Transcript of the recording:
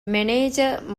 މެނޭޖަރ